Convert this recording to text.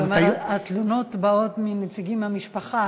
אתה אומר שהתלונות באות מנציגים מהמשפחה,